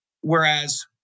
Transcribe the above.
Whereas